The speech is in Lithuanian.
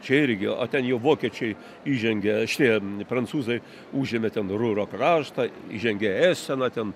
čia irgi o ten jau vokiečiai įžengė šitie prancūzai užėmė ten rūro kraštą įžengė į eseną ten